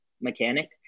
mechanic